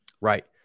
right